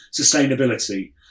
sustainability